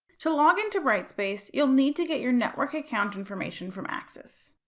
to log in to brightspace, you'll need to get your network account information from acsis.